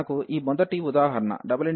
మనకు ఈ మొదటి ఉదాహరణ∬RxyxydA